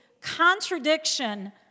contradiction